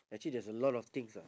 actually there's a lot of things ah